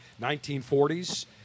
1940s